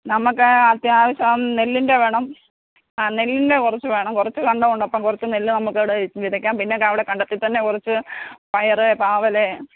നമുക്ക് അത്യാവശ്യം നെല്ലിൻ്റെ വേണം ആ നെല്ലിൻ്റെ കുറച്ച് വേണം കുറച്ച് കണ്ടോണ്ട് അപ്പോൾ കുറച്ച് നെല്ല് നമുക്കവിടെ വിത്ത് വിതയ്ക്കാം പിന്നെ അവിടെ കണ്ടത്തിൽ തന്നെ കുറച്ച് പയറ് പാവൽ